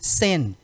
sin